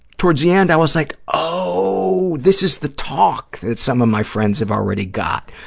towards the end, i was like, oh, this is the talk that some of my friends have already got.